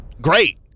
great